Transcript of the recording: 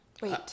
Wait